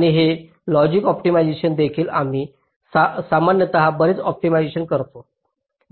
आणि हे logic optimisation देखील आम्ही सामान्यत बरेच ऑप्टिमायझेशन करतो